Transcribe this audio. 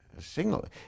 Single